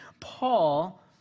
paul